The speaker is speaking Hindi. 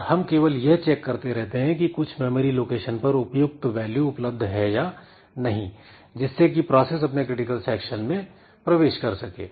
और हम केवल यह चेक करते रहते हैं कि कुछ मेमोरी लोकेशन पर उपयुक्त वैल्यू उपलब्ध है या नहीं जिससे कि प्रोसेस अपने क्रिटिकल सेक्शन में प्रवेश कर सके